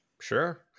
Sure